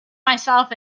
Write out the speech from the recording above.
myself